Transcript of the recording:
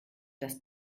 dass